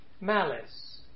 malice